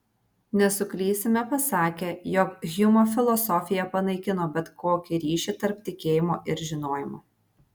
nesuklysime pasakę jog hjumo filosofija panaikino bet kokį ryšį tarp tikėjimo ir žinojimo